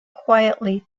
quietly